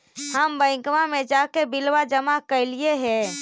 हम बैंकवा मे जाके बिलवा जमा कैलिऐ हे?